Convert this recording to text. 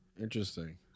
Interesting